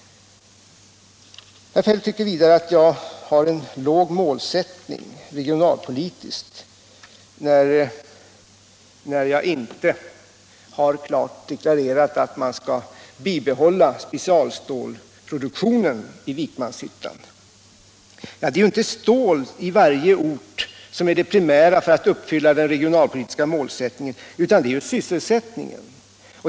Herr Feldt tycker vidare att jag har en låg regionalpolitisk målsättning, eftersom jag inte klart deklarerat att man skall bibehålla specialstålproduktionen i Vikmanshyttan. Det är inte stål i varje ort som är det primära för att uppfylla den regionalpolitiska målsättningen, utan det är sysselsättning.